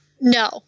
No